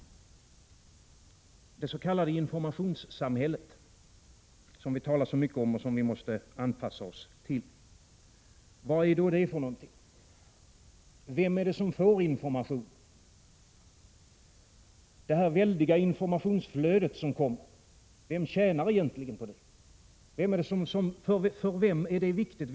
Det s.k. informationssamhället, som vi talar så mycket om och som vi måste anpassa oss till, vad är det för någonting? Vem är det som får information? Vem tjänar egentligen på detta väldiga flöde av information? För vem är detta viktigt?